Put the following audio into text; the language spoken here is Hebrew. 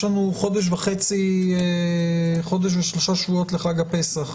יש לנו חודש ו-3 שבועות עד חג הפסח.